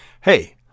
Hey